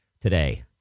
today